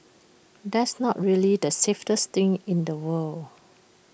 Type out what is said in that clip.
that's not really the safest thing in the world